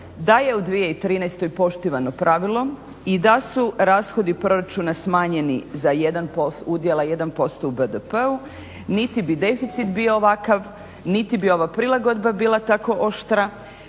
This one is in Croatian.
da je u 2013. poštivano pravilo i da su rashodi proračuna smanjeni za 1%, udjela 1% u BDP-u niti bi deficit bio ovakav, niti bi ova prilagodba bila tako oštra.